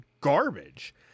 garbage